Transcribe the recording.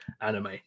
anime